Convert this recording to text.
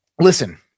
listen